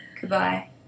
Goodbye